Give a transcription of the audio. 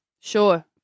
Sure